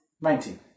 Nineteen